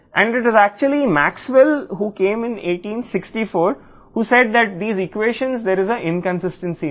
వాస్తవానికి 1864 లో వచ్చిన మాక్స్వెల్ ఈ ఈక్వేషన్లను చెప్పాడు వాటిలో అస్థిరత ఉంది